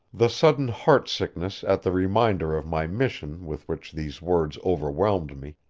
the sudden heart-sickness at the reminder of my mission with which these words overwhelmed me,